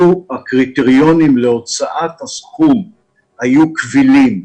לו הקריטריונים להוצאת הסכום היו קבילים,